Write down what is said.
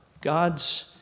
God's